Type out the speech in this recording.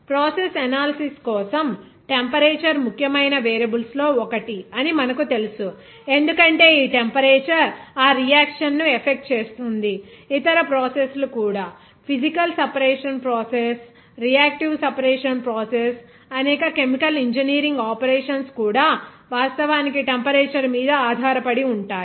process analysis కోసం temperature ముఖ్యమైన variables లో ఒకటి అని మనకు తెలుసు ఎందుకంటే ఈ టెంపరేచర్ ఆ రియాక్షన్ ను ఎఫెక్ట్ చేస్తుంది ఇతర ప్రాసెస్ లు కూడా physical separation process reactive separation process అనేక కెమికల్ ఇంజనీరింగ్ ఆపరేషన్స్ కూడా వాస్తవానికి టెంపరేచర్ మీద ఆధారపడి ఉంటాయి